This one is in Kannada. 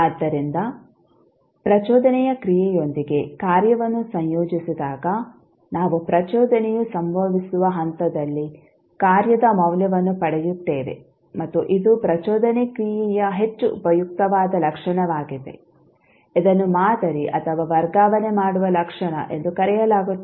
ಆದ್ದರಿಂದ ಪ್ರಚೋದನೆಯ ಕ್ರಿಯೆಯೊಂದಿಗೆ ಕಾರ್ಯವನ್ನು ಸಂಯೋಜಿಸಿದಾಗ ನಾವು ಪ್ರಚೋದನೆಯು ಸಂಭವಿಸುವ ಹಂತದಲ್ಲಿ ಕಾರ್ಯದ ಮೌಲ್ಯವನ್ನು ಪಡೆಯುತ್ತೇವೆ ಮತ್ತು ಇದು ಪ್ರಚೋದನೆ ಕ್ರಿಯೆಯ ಹೆಚ್ಚು ಉಪಯುಕ್ತವಾದ ಲಕ್ಷಣವಾಗಿದೆ ಇದನ್ನು ಮಾದರಿ ಅಥವಾ ವರ್ಗಾವಣೆ ಮಾಡುವ ಲಕ್ಷಣ ಎಂದು ಕರೆಯಲಾಗುತ್ತದೆ